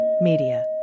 Media